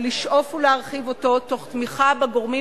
ולשאוף ולהרחיב אותו תוך תמיכה בגורמים